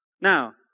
Now